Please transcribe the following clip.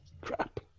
Crap